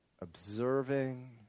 observing